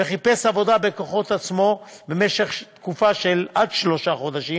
וחיפש עבודה בכוחות עצמו במשך תקופה שעד שלושה חודשים